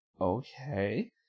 okay